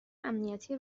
امنیتی